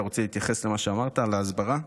אתה רוצה להתייחס למה שאמרת, על ההסברה?